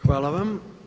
Hvala vam.